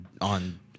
on